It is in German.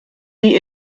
wie